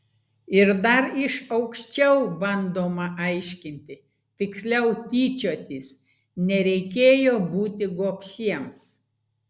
ir dar iš aukščiau bandoma aiškinti tiksliau tyčiotis nereikėjo būti gobšiems